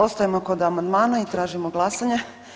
Ostajemo kod amandmana i tražimo glasanje.